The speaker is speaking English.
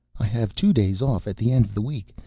i have two days off at the end of the week,